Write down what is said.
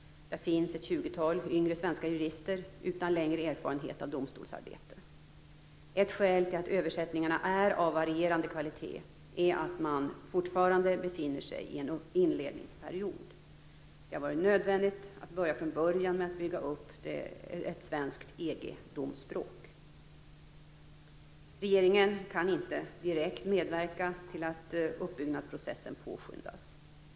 Där finns ett tjugotal yngre svenska jurister utan längre erfarenhet av domstolsarbete. Ett skäl till att översättningarna är av varierande kvalitet är att man fortfarande befinner sig i en inledningsperiod. Det har varit nödvändigt att börja från början med att bygga upp ett svenskt EG-domsspråk. Regeringen kan inte direkt medverka till att uppbyggnadsprocessen påskyndas.